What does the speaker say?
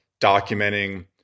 documenting